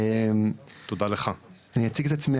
אני אציג את עצמי,